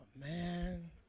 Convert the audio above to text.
man